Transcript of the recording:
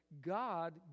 God